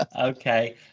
Okay